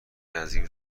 نزدیکی